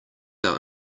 our